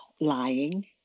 lying